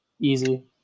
Easy